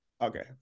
okay